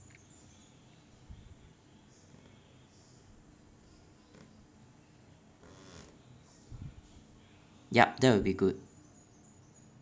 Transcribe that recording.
yup that will be good